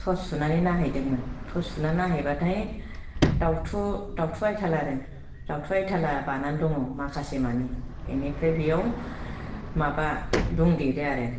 torch सुनानै नायहैदोंमोन torch सुनानै नाहैबाथाय दाउथु दाउथु आयथाल आरो दाउथु आयथाला बानानै दङ माखासेमानि बेनिफ्राय बेयाव माबा दंदेरो आरो